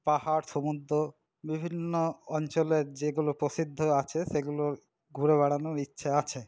পাহাড় সমুদ্র বিভিন্ন অঞ্চলের যেগুলো প্রসিদ্ধ আছে সেগুলো ঘুরে বেড়ানোর ইচ্ছে আছে